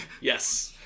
yes